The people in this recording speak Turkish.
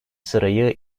sırayı